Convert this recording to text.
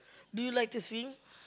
do you like to swim